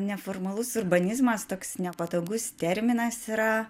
neformalus urbanizmas toks nepatogus terminas yra